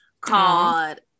called